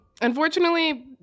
Unfortunately